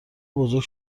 بزرگ